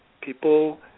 people